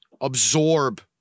absorb